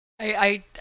I-